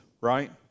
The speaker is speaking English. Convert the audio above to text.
right